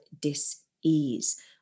dis-ease